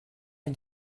une